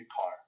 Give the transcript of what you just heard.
car